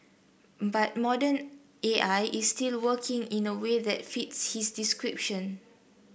but modern A I is still working in a way that fits his description